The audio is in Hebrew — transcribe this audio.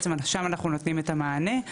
בעצם שם אנחנו נותנים את המענה,